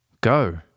Go